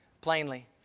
plainly